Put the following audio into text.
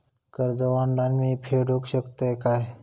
कर्ज ऑनलाइन मी फेडूक शकतय काय?